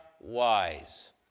wise